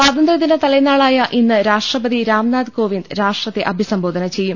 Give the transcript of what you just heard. സ്വാതന്ത്രൃദിന തലേന്നാളായ ഇന്ന് രാഷ്ട്രപതി രാംനാഥ് കോവിന്ദ് രാഷ്ട്രത്തെ അഭിസംബോധന ചെയ്യും